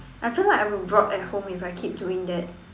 I feel like I will rot at home if I keep doing that